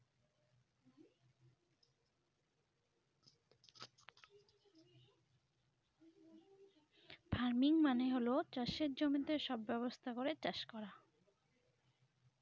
farming মানে হল চাষের জমিতে সব ব্যবস্থা করে চাষ করা